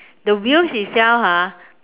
the wheels itself ah